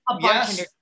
yes